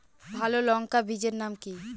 ভালো লঙ্কা বীজের নাম কি?